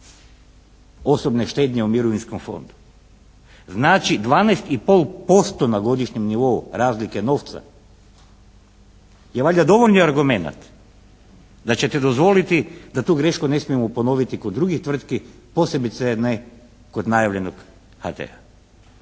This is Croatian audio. osobne štednje u mirovinskom fondu. Znači, 12,5% na godišnjem nivou razlike novca je valjda dovoljni argumenat da ćete dozvoliti da tu grešku ne smijemo ponoviti kod drugih tvrtki posebice ne kod najavljenog HT-a